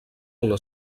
una